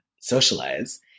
socialize